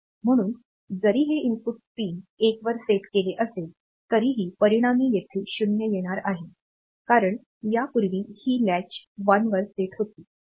म्हणून जरी हे इनपुट पिन 1 वर सेट केले असेल तरीही परिणामी येथे 0 येणार आहे कारण यापूर्वी ही कुंडी 1 वर सेट होती